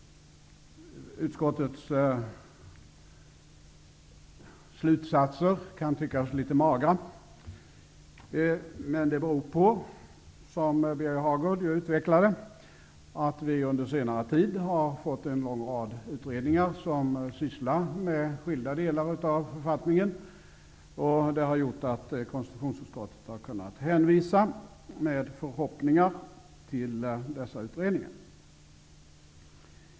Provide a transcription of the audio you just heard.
Utskottets slutsatser kan tyckas litet magra. Det beror på, som Birger Hagård utvecklade det, att vi under senare tid har fått en lång rad utredningar som sysslar med skilda delar av författningen. Det har gjort att konstitutionsutskottet med förhoppningar har kunnat hänvisa till dessa utredningar.